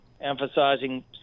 emphasizing